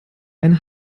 ein